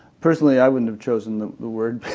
personally, i wouldn't have chosen the the word,